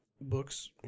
books